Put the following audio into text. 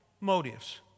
motives